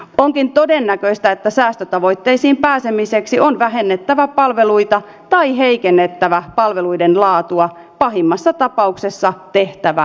onkin todennäköistä että säästötavoitteisiin pääsemiseksi on vähennettävä palveluita tai heikennettävä palveluiden laatua pahimmassa tapauksessa tehtävä molemmat